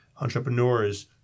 entrepreneurs